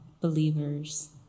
believers